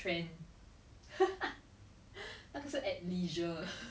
no but you were there after her or you found a job before her